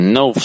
no